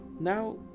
now